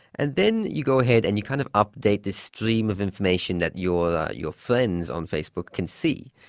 and then you go ahead and you kind of update this string um of information that your your friends on facebook can see,